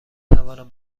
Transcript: توانم